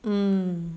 mm